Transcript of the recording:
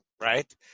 right